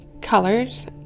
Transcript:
colors